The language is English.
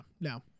no